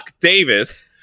Davis